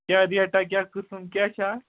کیٛاہ ریٹا کیٛاہ قٕسٕم کیٛاہ چھِ اَتھ